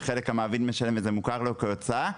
וחלק המעביד משלם וזה מוכר לא כהוצאה.